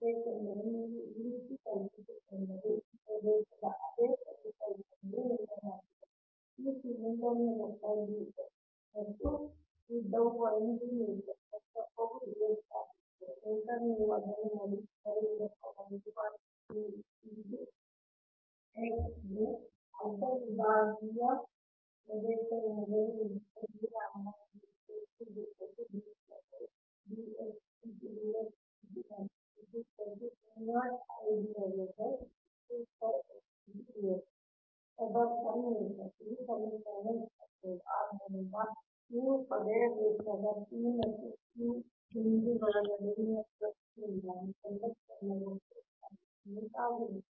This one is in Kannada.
ಏಕೆಂದರೆ ನೀವು ಈ ರೀತಿ ಕಲ್ಪಿಸಿಕೊಂಡರೆ ಈ ಪ್ರದೇಶದ ಅದೇ ಪರಿಕಲ್ಪನೆಯು ನಿಮ್ಮದಾಗಿದೆ ಈ ಸಿಲಿಂಡರ್ ಈ ದಪ್ಪ D x ಮತ್ತು ಈ ಉದ್ದವು 1 ಮೀಟರ್ ಮತ್ತು ಈ ದಪ್ಪವು D x ಆಗಿರುತ್ತದೆ ನಂತರ ನೀವು ಅದನ್ನು ಮಡಿಸಿದರೆ ಈ ದಪ್ಪವನ್ನು 1 D x ಗೆ ಅಡ್ಡ ವಿಭಾಗೀಯ ಪ್ರದೇಶವು ಮೊದಲಿನಂತೆಯೇ ವೆಬರ್ ಪರ್ ಮೀಟರ್ ಇದು ಸಮೀಕರಣ 24 ಆದ್ದರಿಂದ ನೀವು ಪಡೆಯಬೇಕಾದ p ಮತ್ತು q ಬಿಂದುಗಳ ನಡುವಿನ ಫ್ಲಕ್ಸ್ ನಿಂದಾಗಿ ಕಂಡಕ್ಟರ್ ನ ಒಟ್ಟು ಫ್ಲಕ್ಸ್ ಲಿಂಕ್